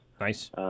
Nice